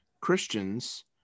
Christians